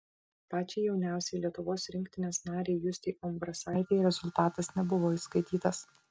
pačiai jauniausiai lietuvos rinktinės narei justei umbrasaitei rezultatas nebuvo įskaitytas